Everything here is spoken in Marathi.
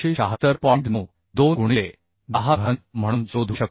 92 गुणिले 10 घन म्हणून शोधू शकतो